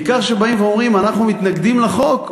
בעיקר כשבאים ואומרים: אנחנו מתנגדים לחוק,